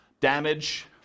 Damage